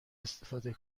استفاده